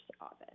office